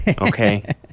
Okay